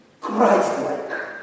Christ-like